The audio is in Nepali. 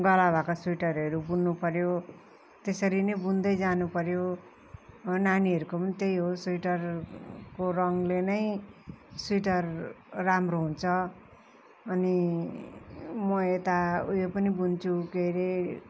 गला भएको स्वेटरहरू बुन्नु पऱ्यो त्यसरी नै बुन्दै जानु पऱ्यो नानीहरूको पनि त्यही हो स्वेटरको रङले नै स्वेटर राम्रो हुन्छ अनि म यता उयो पनि बुन्छु के हरे